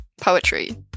poetry